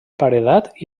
paredat